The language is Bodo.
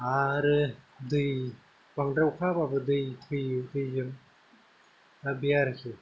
आरो दै बांद्राय अखा हाबाबो दै थैयो दैजों लाब गैया आरोखि